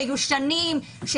מיושנים,